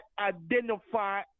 identify